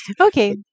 Okay